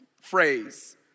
phrase